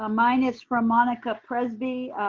ah mine is from monica presby.